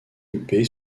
huppé